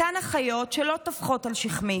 אותן אחיות שלא טופחות על שכמי